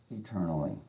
eternally